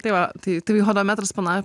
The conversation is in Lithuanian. tai va tai tai hodometras pana